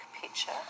picture